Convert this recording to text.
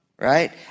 right